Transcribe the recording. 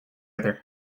other